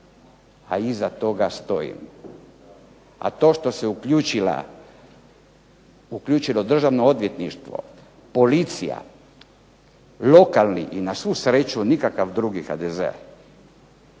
a iza toga stojim. A to što se uključila, uključilo Državno odvjetništvo, policija, lokalni i na svu sreću nikakav drugi HDZ,